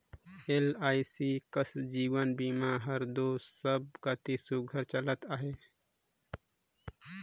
LIC कस जीवन बीमा हर दो सब कती सुग्घर चलत अहे